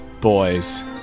boys